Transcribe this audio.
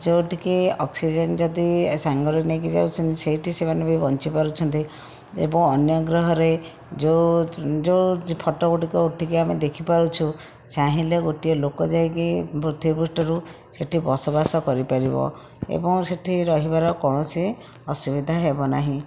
ଯେଉଁଠିକି ଅକ୍ସିଜେନ୍ ଯଦି ସାଙ୍ଗରେ ନେଇକି ଯାଉଛନ୍ତି ସେଇଠି ସେମାନେ ବି ବଞ୍ଚିପାରୁଛନ୍ତି ଏବଂ ଅନ୍ୟଗ୍ରହରେ ଯେଉଁ ଯେଉଁ ଫଟୋ ଗୁଡ଼ିକ ଉଠିକି ଆମେ ଦେଖିପାରୁଛୁ ଚାହିଁଲେ ଗୋଟିଏ ଲୋକ ଯାଇକି ପୃଥିବୀପୃଷ୍ଠରୁ ସେଇଠି ବସବାସ କରିପାରିବ ଏବଂ ସେଇଠି ରହିବାର କୌଣସି ଅସୁବିଧା ହେବ ନାହିଁ